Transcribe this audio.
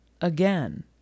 Again